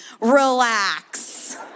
Relax